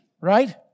right